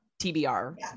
TBR